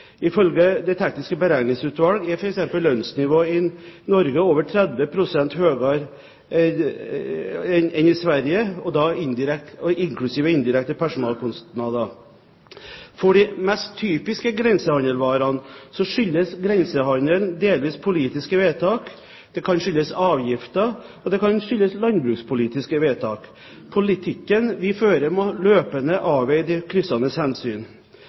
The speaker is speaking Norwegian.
Ifølge Det tekniske beregningsutvalget er f.eks. lønnsnivået i Norge over 30 pst. høyere enn i Sverige, inklusiv indirekte personalkostnader. For de mest typiske grensehandelsvarene skyldes grensehandelen delvis politiske vedtak. Det kan skyldes avgifter, og det kan skyldes landbrukspolitiske vedtak. Politikken vi fører, må løpende avveie kryssendes hensyn.